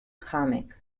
comic